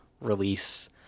release